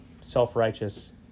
self-righteous